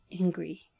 angry